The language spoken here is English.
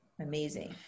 amazing